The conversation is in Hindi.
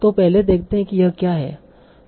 तो पहले देखते हैं कि यह क्या है